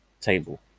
table